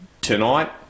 tonight